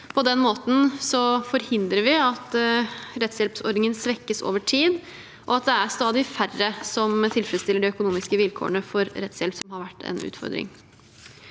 På den måten forhindrer vi at rettshjelpsordningen svekkes over tid, og at stadig færre tilfredsstiller de økonomiske vilkårene for rettshjelp, noe som har vært en utfordring.